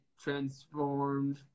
transformed